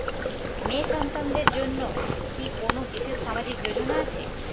মেয়ে সন্তানদের জন্য কি কোন বিশেষ সামাজিক যোজনা আছে?